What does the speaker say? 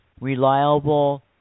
reliable